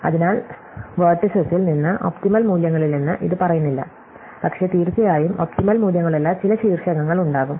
അതിനാൽ വേര്ടിസെസിൽ നിന്ന് ഒപ്റ്റിമൽ മൂല്യങ്ങളില്ലെന്ന് ഇത് പറയുന്നില്ല പക്ഷേ തീർച്ചയായും ഒപ്റ്റിമൽ മൂല്യമുള്ള ചില ശീർഷകങ്ങൾ ഉണ്ടാകും